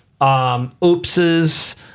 oopses